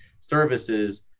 services